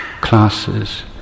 classes